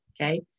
okay